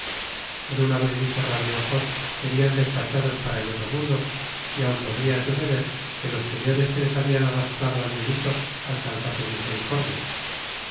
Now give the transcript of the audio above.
en un abrir y cerrar de ojos serían despachados para el otro mundo y aun podría suceder que los señores que les habían arrastrado al delito alcanzasen misericordia